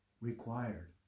required